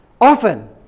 often